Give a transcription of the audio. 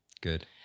Good